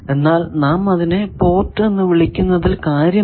എന്നാൽ നാം അതിനെ പോർട്ട് എന്ന് വിളിക്കുന്നതിൽ കാര്യമില്ല